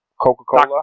Coca-Cola